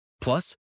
Plus